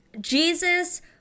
Jesus